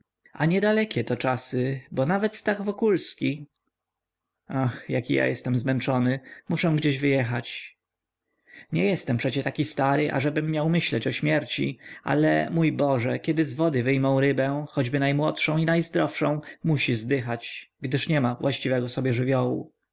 a niedalekie to czasy bo nawet stach wokulski nie jestem przecie taki stary ażebym miał myśleć o śmierci ale mój boże kiedy z wody wyjmą rybę choćby najmłodszą i najzdrowszą musi zdychać gdyż nie ma właściwego sobie żywiołu